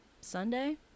Sunday